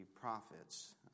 prophets